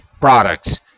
products